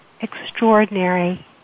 extraordinary